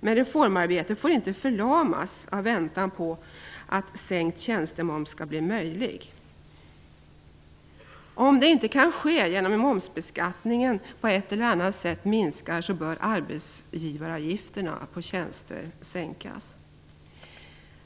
Men reformarbetet får inte förlamas i väntan på att sänkt tjänstemoms skall bli möjlig. Om inte en lättnad kan ske genom att momsbeskattningen på ett eller annat sätt minskar bör arbetsgivaravgifterna på tjänster sänkas.